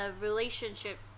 relationship